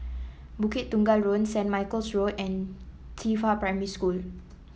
Bukit Tunggal Road Saint Michael's Road and Qifa Primary School